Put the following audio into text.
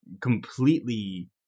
completely